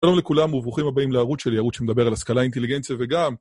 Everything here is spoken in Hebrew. שלום לכולם וברוכים הבאים לערוץ שלי, ערוץ שמדבר על השכלה, אינטליגנציה וגם...